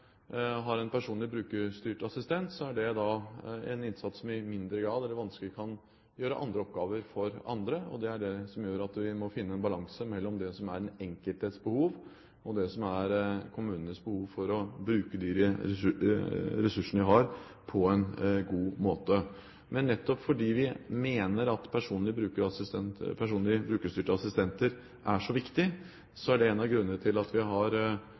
har en brukerstyrt personlig assistent, er det en innsats som i mindre grad eller vanskelig kan gjøre andre oppgaver for andre. Det er det som gjør at vi må finne en balanse mellom det som er den enkeltes behov, og det som er kommunenes behov for å bruke de ressursene de har, på en god måte. Men nettopp fordi vi mener at brukerstyrte personlige assistenter er så viktig, har vi styrket kommuneøkonomien slik at flere har fått det. 16 000 nye årsverk i pleie- og omsorgssektoren til det vi